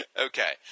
Okay